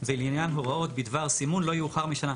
זה לעניין הוראות בדבר סימון לא יאוחר משנה.